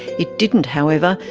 it didn't, however,